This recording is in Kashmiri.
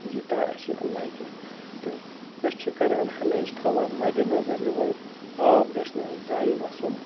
یوٗتاہ اَسہِ لَگہِ تہٕ أسۍ چھِ کَران ہمیشہٕ تھاوان مَدِ نَظر یِہوٚے آب گَژھِ نہٕ اَسہِ ضایع گَژھُن